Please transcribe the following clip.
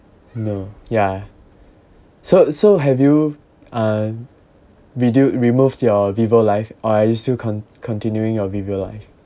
no ya so so have you uh video removed your vivo life or are you still con~ continuing your vivo life